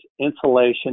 insulation